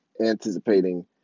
anticipating